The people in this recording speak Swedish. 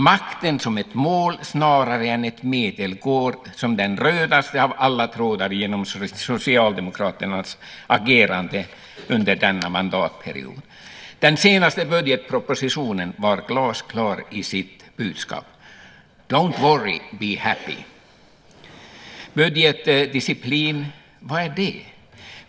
Makten som ett mål snarare än ett medel går som den rödaste av trådar genom Socialdemokraternas agerande under denna mandatperiod. Den senaste budgetpropositionen var glasklar i sitt budskap: Don't worry, be happy! Budgetdisciplin, vad är det?